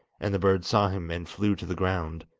and the bird saw him and flew to the ground.